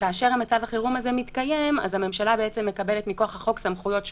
וכאשר מצב החירום הזה מתקיים אז הממשלה מקבלת מכוח החוק סמכויות שונות,